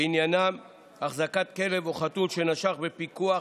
ועניינן החזקת כלב או חתול שנשך בפיקוח